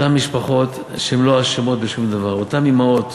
אותן משפחות שהן לא אשמות בשום דבר, אותן אימהות